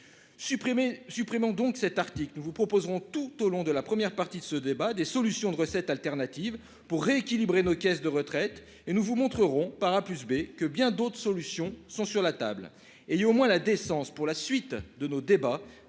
supprimant donc cet article, nous vous proposerons tout au long de la première partie de ce débat des solutions de recettes alternatives pour rééquilibrer nos caisses de retraite et nous vous montrerons par A plus B que bien d'autres solutions sont sur la table et au moins la décence pour la suite de nos débats